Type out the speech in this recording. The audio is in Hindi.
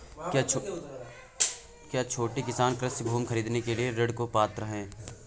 क्या छोटे किसान कृषि भूमि खरीदने के लिए ऋण के पात्र हैं?